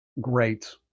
Great